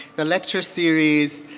the lecture series.